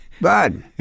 bud